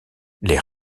les